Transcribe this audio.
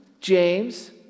James